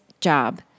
job